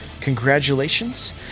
congratulations